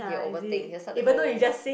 he'll overthink he'll start to over~